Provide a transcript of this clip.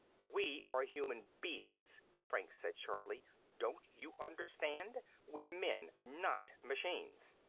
we are human beings, franks said sharply. don't you understand? we're men, not machines.